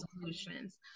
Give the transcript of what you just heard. solutions